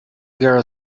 girl